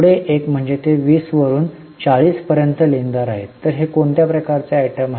पुढील एक म्हणजे ते २० वरून 40 पर्यंतचे लेनदार आहेत तर हे कोणत्या प्रकारचे आयटम आहे